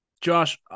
Josh